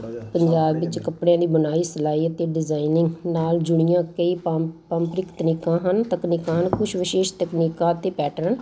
ਪੰਜਾਬ ਵਿੱਚ ਕੱਪੜਿਆਂ ਦੀ ਬੁਣਾਈ ਸਿਲਾਈ ਅਤੇ ਡਿਜਾਇਨਿੰਗ ਨਾਲ ਜੁੜੀਆਂ ਕਈ ਪਾਂ ਪਾਂਪ੍ਰਿਕ ਤਕਨੀਕਾਂ ਹਨ ਤਕਨੀਕਾਂ ਹਨ ਕੁਛ ਵਿਸ਼ੇਸ਼ ਤਕਨੀਕਾਂ ਅਤੇ ਪੈਟਰਨ